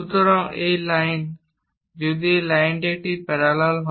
সুতরাং এই লাইন এই লাইন যদি এটি প্যারালাল হয়